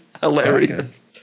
hilarious